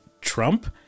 trump